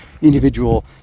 individual